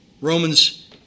Romans